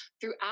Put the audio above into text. throughout